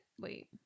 Wait